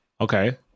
Okay